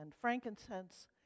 frankincense